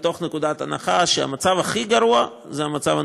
מתוך הנחה שהמצב הכי גרוע זה המצב הנוכחי,